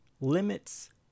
limits